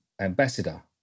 ambassador